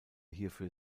hierfür